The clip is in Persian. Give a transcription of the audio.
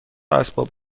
اسباب